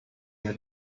near